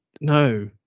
no